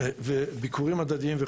וביקורים הדדיים.